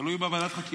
תלוי בוועדת חקירה.